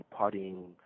partying